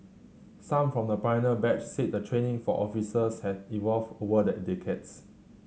some from the pioneer batch said the training for officers has evolved over the in decades